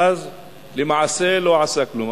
ואז למעשה לא עשה כלום.